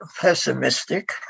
pessimistic